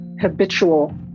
habitual